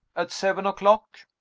at seven o'clock.